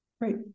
Great